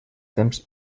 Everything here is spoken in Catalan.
temps